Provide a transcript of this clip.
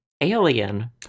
Alien